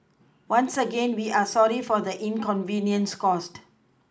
once again we are sorry for the inconvenience caused